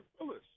Willis